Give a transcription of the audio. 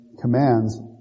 commands